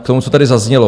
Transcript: K tomu, co tady zaznělo.